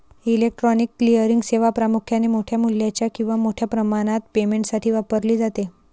electronic clearing सेवा प्रामुख्याने मोठ्या मूल्याच्या किंवा मोठ्या प्रमाणात पेमेंटसाठी वापरली जाते